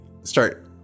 start